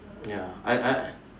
ya I I